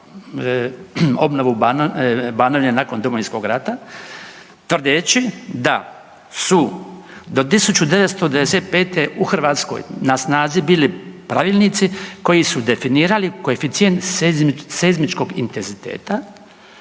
obnovu Banovine nakon Domovinskog rata tvrdeći da su do 1995. u Hrvatskoj na snazi bili pravilnici koji su definirali koeficijent seizmičkog intenziteta,